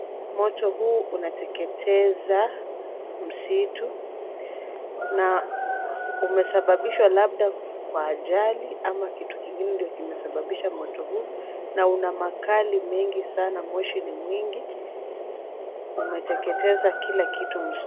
Moto huu unateketeza msitu na umesababishwa labda kwa ajali ama kitu kingine ndio kimesababisha moto huu na una makali mengi sana. Moshi ni mwingi. Umeteketeza kila kitu msituni.